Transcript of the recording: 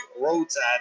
Roadside